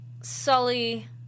Sully